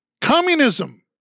Communism